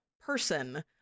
person